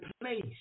place